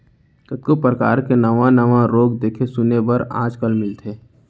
कतको परकार के नावा नावा रोग देखे सुने बर आज काल मिलथे